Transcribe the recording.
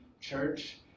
church